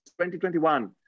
2021